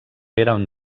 eren